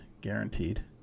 Guaranteed